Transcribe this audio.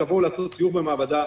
תבואו לעשות סיור במעבדה,